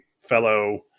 fellow